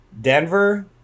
Denver